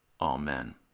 amen